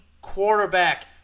quarterback